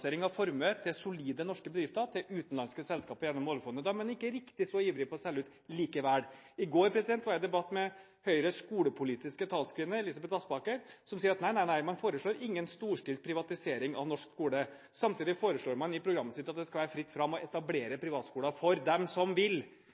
av formue til solide norske bedrifter til utenlandske selskaper gjennom oljefondet. Da er man ikke riktig så ivrig på å selge ut likevel. I går var jeg i debatt med Høyres skolepolitiske talskvinne, Elisabeth Aspaker, som sier at nei, nei, nei, man foreslår ingen storstilt privatisering av norsk skole. Samtidig foreslår man i programmet sitt at det skal være fritt fram å etablere privatskoler for dem som vil.